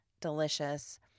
delicious